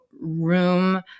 room